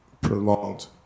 prolonged